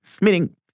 Meaning